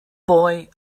boy